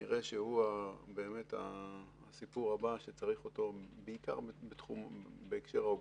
הוא הסיפור הבא שצריך אותו בעיקר בהקשר ההוגנות.